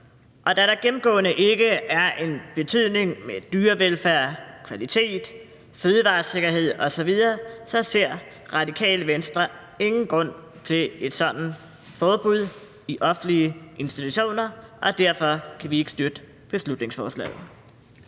Da der gennemgående ikke er en betydning med hensyn til dyrevelfærd, kvalitet, fødevaresikkerhed osv., ser Radikale Venstre ingen grund til et sådant forbud i offentlige institutioner, og derfor kan vi ikke støtte beslutningsforslaget.